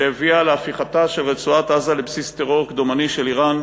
שהביאה להפיכתה של רצועת-עזה לבסיס טרור קדומני של איראן,